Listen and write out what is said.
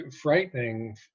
frightening